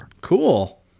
Cool